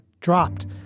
dropped